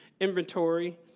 inventory